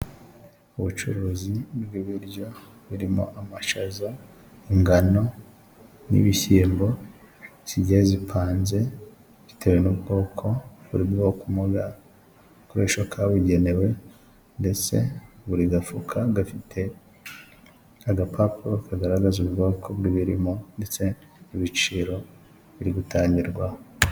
Ubucuruzi bw'ibiryo birimo amashaza, ingano, n'ibishyimbo, zigiye zipanze bitewe n'ubwoko, buri bwoko umuntu yakoresha akabugenewe, ndetse buri gafuka gafite agapapuro kagaragaza ubwoko bw'ibirimo, ndetse n'ibiciro biri gutangirwaho.